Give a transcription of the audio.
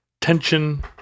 tension